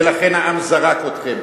ולכן העם זרק אתכם.